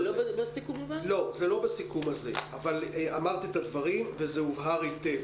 זה לא בסיכום, אבל אמרת את הדברים וזה הובהר היטב.